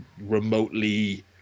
remotely